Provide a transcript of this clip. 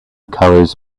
colors